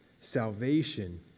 Salvation